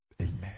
amen